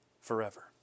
forever